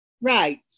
Right